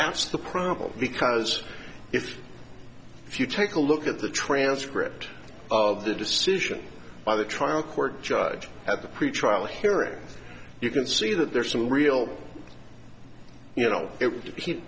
that's the problem because if if you take a look at the transcript of the decision by the trial court judge at the pretrial hearing you can see that there are some real you know it